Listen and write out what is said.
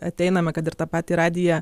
ateiname kad ir tą patį radiją